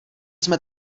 jsme